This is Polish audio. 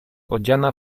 odziana